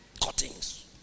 Cuttings